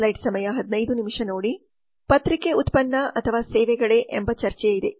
ಆದ್ದರಿಂದ ಪತ್ರಿಕೆ ಉತ್ಪನ್ನ ಅಥವಾ ಸೇವೆಗಳೇ ಎಂಬ ಚರ್ಚೆಯಿದೆ